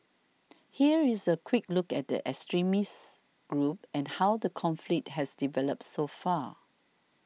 here is a quick look at the extremist group and how the conflict has developed so far